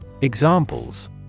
Examples